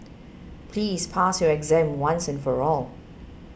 please pass your exam once and for all